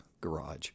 Garage